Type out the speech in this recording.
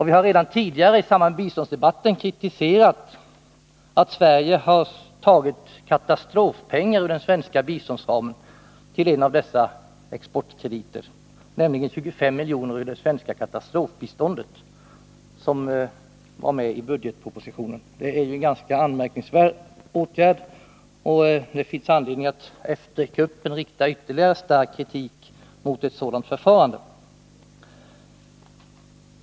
Vi har redan tidigare i samband med biståndsdebatten kritiserat att Sverige har tagit katastrofpengar inom den svenska biståndsramen till en av dessa exportkrediter, nämligen 25 milj.kr. ur det svenska katastrofbiståndet, som föreslogs i budgetpropositionen. Det är en ganska anmärkningsvärd åtgärd. Det finns anledning att efter kuppen rikta ytterligare stark kritik mot ett sådant förfarande.